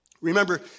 Remember